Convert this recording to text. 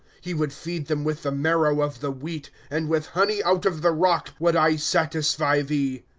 he would feed them with the marrow of the wheat and with lioney out of the rock would i satisfy thee.